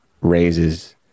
Raises